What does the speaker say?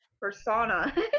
persona